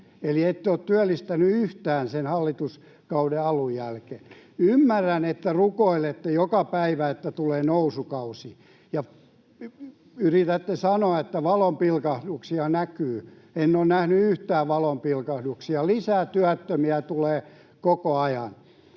eli ette ole työllistänyt yhtään sen hallituskauden alun jälkeen. Ymmärrän, että rukoilette joka päivä, että tulee nousukausi, ja yritätte sanoa, että valonpilkahduksia näkyy. En ole nähnyt yhtään valonpilkahduksia. [Ben Zyskowiczin